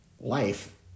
life